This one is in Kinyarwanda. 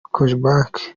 cogebanque